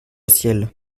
ciel